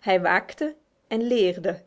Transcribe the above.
hij waakte en leerde